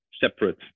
separate